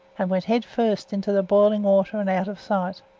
and went head first into the boiling water and out of sight.